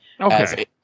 Okay